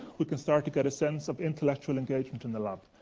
we can start to get a sense of intellectual engagement in the lab.